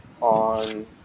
on